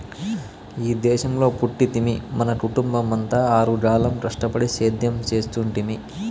ఈ దేశంలో పుట్టితిమి మన కుటుంబమంతా ఆరుగాలం కష్టపడి సేద్యం చేస్తుంటిమి